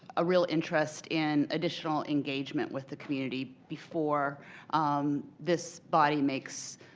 a real interest in additional engagement with the community before um this body makes